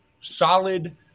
solid